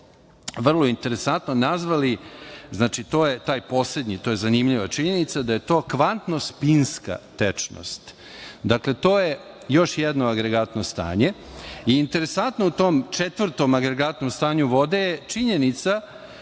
vrlo interesantno nazvali, to je taj poslednji, zanimljiva je činjenica da je to kvantno spinska tečnost. Dakle, to je još jedno agregatno stanje. Interesantno je u tom četvrtom agregatnom stanju vode, činjenica